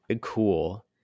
cool